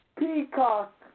Peacock